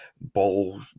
ball